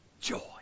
Joy